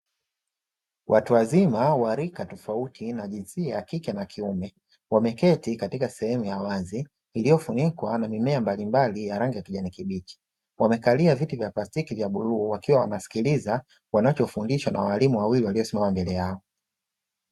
Watu wazima wa rika tofauti na jinsia ya kike na kiume, wameketi katika sehemu ya wazi iliyofunikwa na mimea mbalimbali ya rangi ya kijani kibichi, wamekalia viti vya plastiki vya bluu, wakiwa wanasikiliza wanachofundishwa na walimu wawili, waliosimama mbele yao.